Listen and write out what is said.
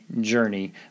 Journey